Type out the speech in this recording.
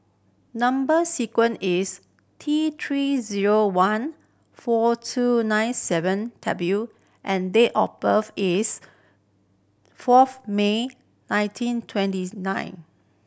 number sequence is T Three zero one four two nine seven W and date of birth is fourth May nineteen twenty nine